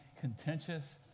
contentious